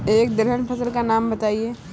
एक दलहन फसल का नाम बताइये